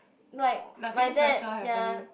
like my dad ya